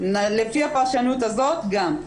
לפי הפרשנות הזאת גם.